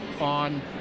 on